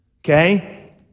Okay